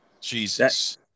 Jesus